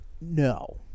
No